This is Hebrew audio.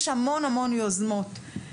יש יוזמות רבות מאוד.